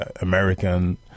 American